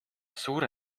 suure